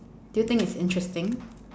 do you think is interesting